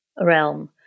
realm